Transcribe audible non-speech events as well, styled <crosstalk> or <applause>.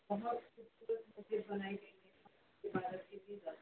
وہاں <unintelligible>